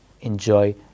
enjoy